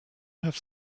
have